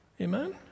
Amen